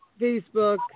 Facebook